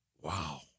wow